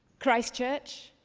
christchurch,